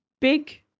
big